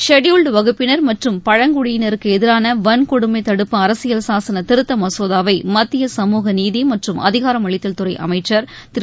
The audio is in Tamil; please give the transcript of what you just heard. ஷெட்டியூல்டு வசூப்பினர் மற்றும் பழங்குடியினருக்கு எதிரான வன்கொடுமை தடுப்பு அரசியல் சாசன திருத்த மசோதாவை மத்திய சமூக நீதி மற்றும் அதிகாரம் அளித்தல் துறை அமைச்சர் திரு